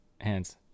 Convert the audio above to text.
hands